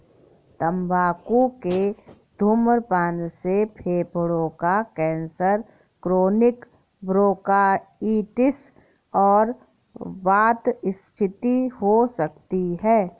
तंबाकू के धूम्रपान से फेफड़ों का कैंसर, क्रोनिक ब्रोंकाइटिस और वातस्फीति हो सकती है